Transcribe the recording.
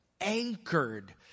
anchored